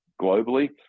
globally